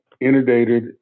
inundated